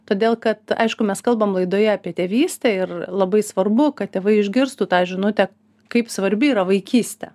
todėl kad aišku mes kalbam laidoje apie tėvystę ir labai svarbu kad tėvai išgirstų tą žinutę kaip svarbi yra vaikystė